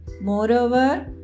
Moreover